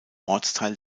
ortsteil